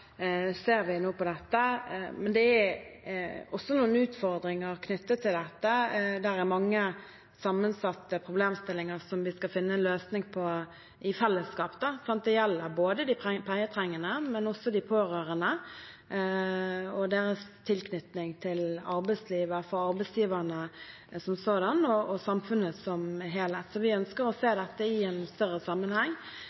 ser vi nå på dette. Men det er også noen utfordringer knyttet til dette. Det er mange sammensatte problemstillinger som vi skal finne en løsning på i fellesskap. Det gjelder de pleietrengende, men også de pårørende og deres tilknytning til arbeidslivet, arbeidsgiverne som sådan, og samfunnet som helhet. Vi ønsker å